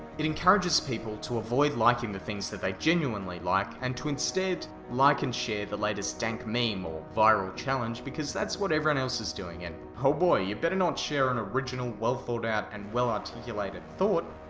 it encourages them to avoid liking the things that they genuinely like and to instead like and share the latest dank meme or viral challenge, because that's what everyone else is doing and, oh boy, you better not share an original, well thought out and well-articulated thought,